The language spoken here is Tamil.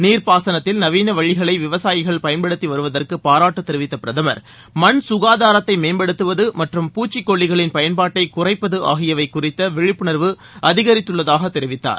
நீர்ப்பாசனத்தில் நவீன வழிகளை விவசாயிகள் பயன்படுத்தி வருவதற்கு பாராட்டு தெரிவித்த பிரதமர் மண் வளத்தை மேம்படுத்துவது மற்றும் பூச்சிக்கொல்லிகளின் பயன்பாட்டை குறைப்பது ஆகியவை குறித்த விழிப்புணர்வு அதிகரித்துள்ளதாக தெரிவித்தார்